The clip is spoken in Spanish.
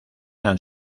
han